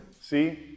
See